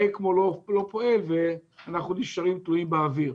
האקמו לא פועל ואנחנו נשארים תלויים באוויר.